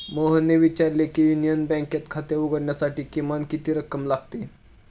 मोहनने विचारले की युनियन बँकेत खाते उघडण्यासाठी किमान किती रक्कम लागते?